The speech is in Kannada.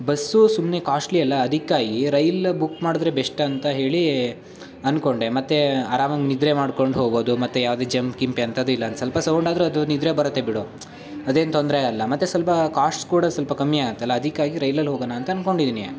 ಬಸ್ಸೂ ಸುಮ್ಮನೆ ಕಾಶ್ಟ್ಲಿ ಅಲ್ವ ಅದಕ್ಕಾಗಿ ರೈಲ್ ಬುಕ್ ಮಾಡಿದ್ರೆ ಬೆಶ್ಟ್ ಅಂತ ಹೇಳಿ ಅಂದ್ಕೊಂಡೆ ಮತ್ತು ಅರಾಮಾಗಿ ನಿದ್ರೆ ಮಾಡ್ಕೊಂಡು ಹೋಗ್ಬೋದು ಮತ್ತು ಯಾವುದೇ ಜಂಪ್ ಗಿಂಪ್ ಎಂಥದ್ದೂ ಇಲ್ಲ ಒಂದು ಸ್ವಲ್ಪ ಸೌಂಡಾದರೂ ಅದು ನಿದ್ರೆ ಬರುತ್ತೆ ಬಿಡು ಅದೇನು ತೊಂದರೆ ಆಗಲ್ಲ ಮತ್ತು ಸ್ವಲ್ಪ ಕಾಶ್ಟ್ ಕೂಡ ಸ್ವಲ್ಪ ಕಮ್ಮಿ ಆಗತ್ತಲ್ಲ ಅದಕ್ಕಾಗಿ ರೈಲಲ್ಲಿ ಹೋಗಣ ಅಂತ ಅನ್ಕೊಂಡಿದೀನಿ